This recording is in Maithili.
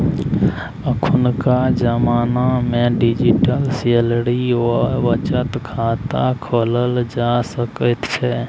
अखुनका जमानामे डिजिटल सैलरी वा बचत खाता खोलल जा सकैत छै